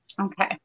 Okay